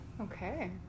Okay